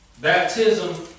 baptism